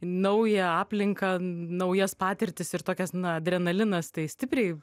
naują aplinką naujas patirtis ir tokias na adrenalinas tai stipriai